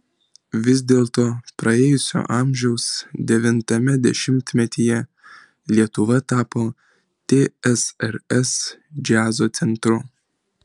vis dėlto praėjusio amžiaus devintame dešimtmetyje lietuva tapo tsrs džiazo centru